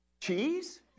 Cheese